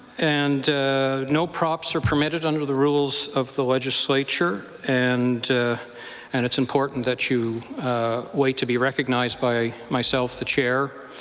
and no props are permitted under the rules of the legislature, and and it's important that you wait to be recognized by myself, the chair.